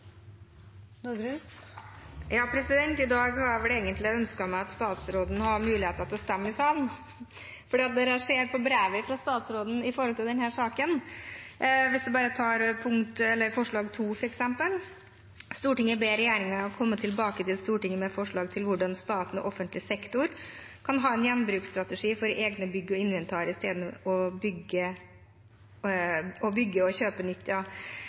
I dag hadde jeg vel egentlig ønsket meg at statsråden hadde mulighet til å stemme i salen, for når jeg ser på brevet fra statsråden når det gjelder saken – hvis en f.eks. bare tar innstillingens punkt II – står det: «Stortinget ber regjeringen komme tilbake til Stortinget med forslag til hvordan staten og offentlig sektor kan ha en gjenbruksstrategi for egne bygg og inventar istedenfor å bygge og kjøpe